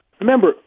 Remember